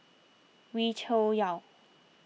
Wee Cho Yaw